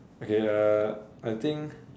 okay uh I think